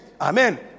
Amen